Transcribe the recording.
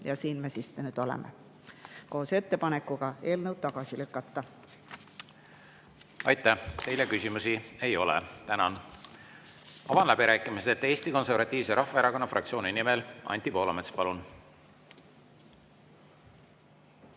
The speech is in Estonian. Ja siin me nüüd oleme ettepanekuga eelnõu tagasi lükata. Aitäh! Teile küsimusi ei ole. Tänan! Avan läbirääkimised. Eesti Konservatiivse Rahvaerakonna fraktsiooni nimel Anti Poolamets, palun!